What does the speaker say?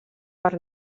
per